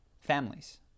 families